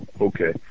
Okay